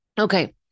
Okay